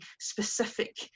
specific